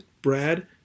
Brad